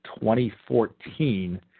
2014